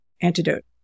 antidote